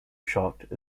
shocked